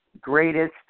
greatest